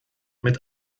mit